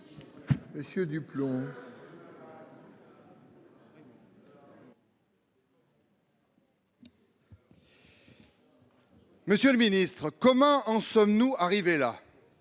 Monsieur le Ministre, comment en sommes-nous arrivés là.